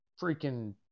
freaking